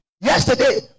Yesterday